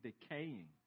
decaying